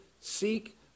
Seek